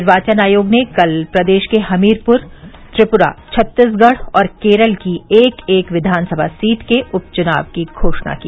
निर्वाचन आयोग ने कल प्रदेश के हमीरपुर त्रिपुरा छत्तीसगढ़ और केरल की एक एक विघानसभा सीट के उपचुनाव की घोषणा की